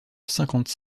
cinquante